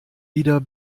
wieder